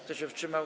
Kto się wstrzymał?